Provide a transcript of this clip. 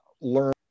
learn